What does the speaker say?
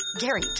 Gary